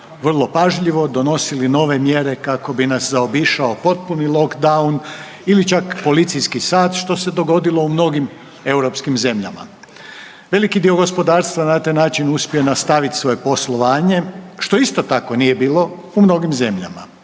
vrlo pažljivo, donosili nove mjere kako bi nas zaobišao potpuni lockdown ili čak policijski sat, što se dogodilo u mnogim europskih zemljama. Veliki dio gospodarstva na taj način uspio je nastaviti svoje poslovanje, što isto tako nije bilo u mnogih zemljama.